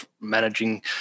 managing